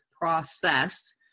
process